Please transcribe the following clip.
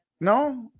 No